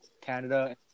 Canada